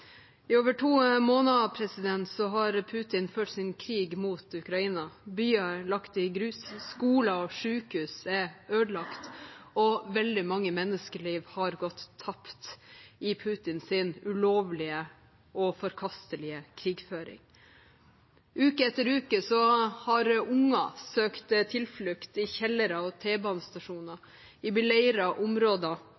I over to måneder har Putin ført sin krig mot Ukraina, byer er lagt i grus, skoler og sykehus er ødelagt, og veldig mange menneskeliv har gått tapt i Putins ulovlige og forkastelige krigføring. Uke etter uke har unger søkt tilflukt i kjellere og